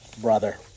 brother